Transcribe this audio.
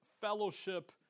fellowship